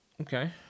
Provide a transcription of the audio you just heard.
Okay